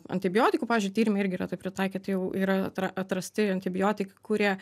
antibiotikų pavyzdžiui tyrimai irgi yra taip pritaikyti jau yra atra atrasti antibiotikai kurie